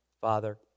Father